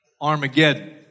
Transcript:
Armageddon